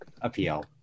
appeal